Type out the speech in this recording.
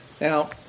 Now